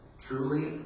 Truly